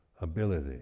ability